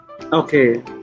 Okay